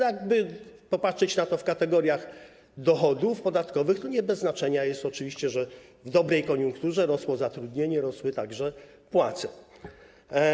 Jakby popatrzeć na to w kategoriach dochodów podatkowych, to nie bez znaczenia jest oczywiście to, że w dobrej koniunkturze rosło zatrudnienie, rosły także płace.